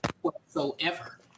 whatsoever